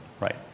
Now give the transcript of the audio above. right